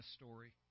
story